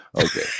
Okay